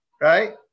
right